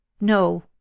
No